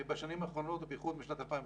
בשנים האחרונות, ובייחוד בשנת 2015,